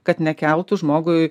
kad nekeltų žmogui